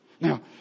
Now